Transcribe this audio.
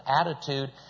attitude